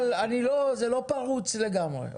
אבל זה לא פרוץ לגמרי.